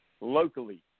locally